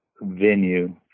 venue